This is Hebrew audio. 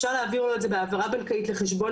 אפשר להעביר לו את זה בהעברה בנקאית לחשבון